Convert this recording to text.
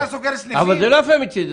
את רוצה להפריע לי?